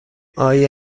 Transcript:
آیا